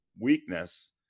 weakness